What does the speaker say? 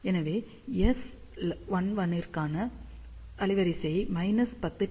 எனவே எஸ் 11 க்கான அலைவரிசையை மைனஸ் 10 டி